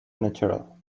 natural